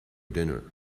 dinner